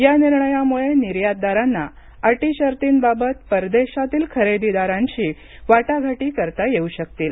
या निर्णयामुळे निर्यातदारांना अटी शर्तींबाबत परदेशातील खरेदीदारांशी वाटाघाटी करता येऊ शकतील